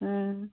हूँ